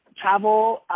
travel